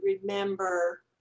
remember